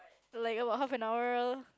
like oh what half an hour